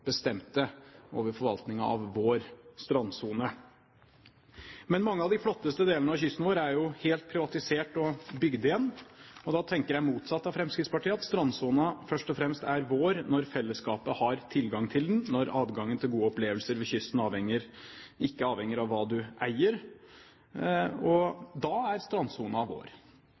bestemte over forvaltningen av «vår» strandsone. Men mange av de flotteste delene av kysten vår er jo helt privatisert og bygd igjen. Da tenker jeg motsatt av Fremskrittspartiet, at strandsonen først og fremst er «vår» når fellesskapet har tilgang til den, når adgangen til gode opplevelser ved kysten ikke avhenger av hva du eier. Da er